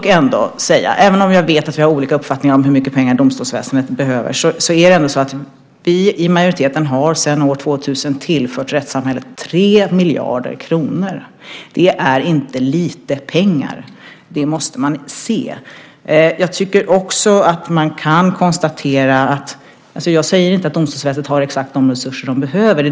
Jag vet att vi har olika uppfattningar om hur mycket pengar domstolsväsendet behöver. Vi har i majoriteten sedan år 2000 tillfört rättssamhället 3 miljarder kronor. Det är inte lite pengar, det måste man se. Jag säger inte att domstolsväsendet har exakt de resurser som det behöver.